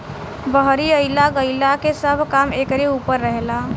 बहरी अइला गईला के सब काम एकरे ऊपर रहेला